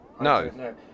No